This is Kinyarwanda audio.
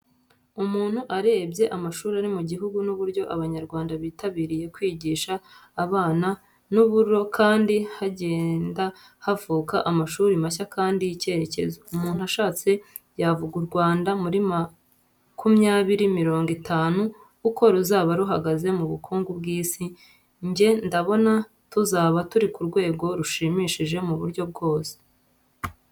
Umuntu arebye amashuri ari mugihugu n,uburyo abanyarwanda bitabiriye kwigisha abana nuburo kandi hagenda havuka amashuri mashya kandi yicyerekezo. umuntu ashatse yavuga uRwanda muri makumyabiri mirongo itanu uko ruzaba ruhaga mubukungu kw,isi nge ndabona tuzaba turikurwego rushimishije muburyo bwose.